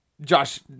Josh